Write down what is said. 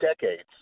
decades